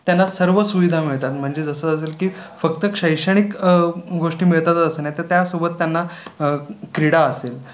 त्यांना सर्व सुविधा मिळतात म्हणजे जसं असेल की फक्त शैक्षणिक गोष्टी मिळतातच असं नाही तर त्यासोबत त्यांना क्रीडा असेल